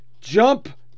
jump